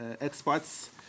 experts